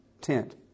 tent